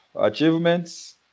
achievements